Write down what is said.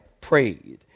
prayed